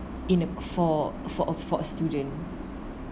in a for for a for a student